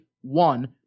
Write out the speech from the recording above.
one